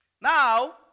Now